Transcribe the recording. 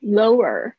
lower